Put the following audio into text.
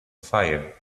fire